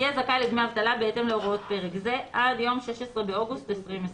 יהיה זכאי לדמי אבטלה בהתאם להוראות פרק זה עד יום (16 באוגוסט 2020):"